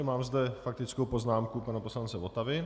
Mám zde faktickou poznámku pana poslance Votavy.